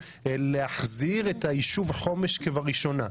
להחזיר את הישוב חומש כבראשונה.